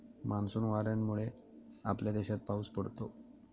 monsoon वाऱ्यांमुळे आपल्या देशात पाऊस पडतो